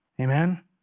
Amen